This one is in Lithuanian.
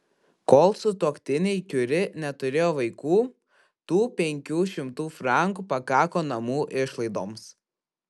kol sutuoktiniai kiuri neturėjo vaikų tų penkių šimtų frankų pakako namų išlaidoms